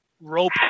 rope